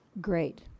great